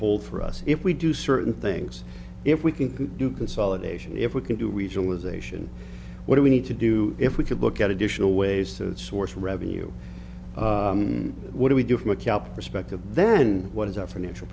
hold for us if we do certain things if we can do consolidation if we can do regionalization what do we need to do if we could look at additional ways to source revenue what do we do from a cap perspective then what is our financial